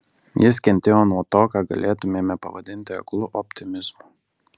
jis kentėjo nuo to ką galėtumėme pavadinti aklu optimizmu